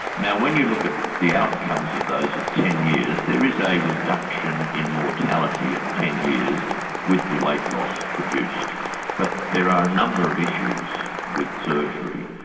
now when you look at the outcomes of those at ten years there is a reduction in mortality at ten years with the weight loss produced but there are a number of issues with surgery.